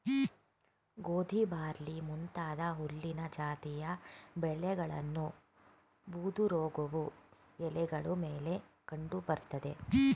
ಗೋಧಿ ಬಾರ್ಲಿ ಮುಂತಾದ ಹುಲ್ಲಿನ ಜಾತಿಯ ಬೆಳೆಗಳನ್ನು ಬೂದುರೋಗವು ಎಲೆಗಳ ಮೇಲೆ ಕಂಡು ಬರ್ತದೆ